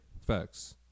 facts